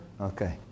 Okay